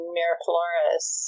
Miraflores